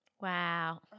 Wow